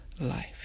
life